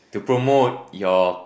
to promote your